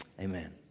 Amen